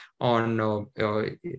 on